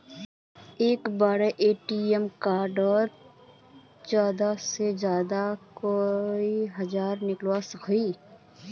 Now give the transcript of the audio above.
एक बारोत ATM card से ज्यादा से ज्यादा कई हजार निकलवा सकोहो ही?